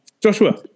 Joshua